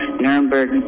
Nuremberg